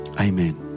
Amen